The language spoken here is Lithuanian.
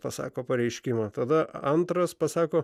pasako pareiškimą tada antras pasako